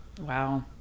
Wow